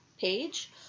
page